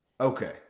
Okay